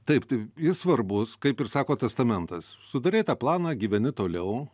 taip tai jis svarbus kaip ir sako testamentas sudarei tą planą gyveni toliau